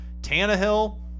Tannehill